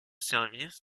service